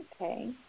Okay